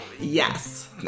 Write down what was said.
yes